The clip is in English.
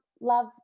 love